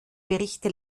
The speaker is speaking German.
berichte